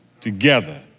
together